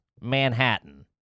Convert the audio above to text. Manhattan